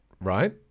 right